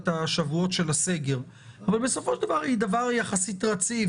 זאת אומרת רק את מה שהיה צריך להוציא,